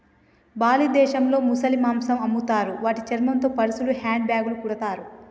Bali దేశంలో ముసలి మాంసం అమ్ముతారు వాటి చర్మంతో పర్సులు, హ్యాండ్ బ్యాగ్లు కుడతారు